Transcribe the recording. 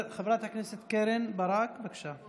חברת הכנסת קרן ברק, בבקשה.